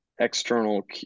external